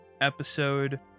episode